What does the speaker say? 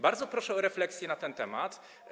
Bardzo proszę o refleksję na ten temat.